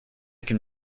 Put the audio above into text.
can